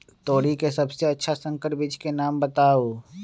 तोरी के सबसे अच्छा संकर बीज के नाम बताऊ?